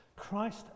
Christ